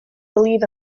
believe